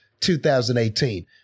2018